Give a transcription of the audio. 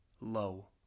Low